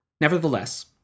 Nevertheless